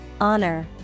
honor